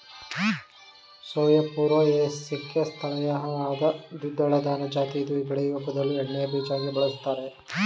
soya ಪೂರ್ವ ಏಷ್ಯಾಕ್ಕೆ ಸ್ಥಳೀಯವಾದ ದ್ವಿದಳಧಾನ್ಯದ ಜಾತಿ ಇದ್ನ ಬೇಳೆಯ ಬದಲು ಎಣ್ಣೆಬೀಜವಾಗಿ ಬಳುಸ್ತರೆ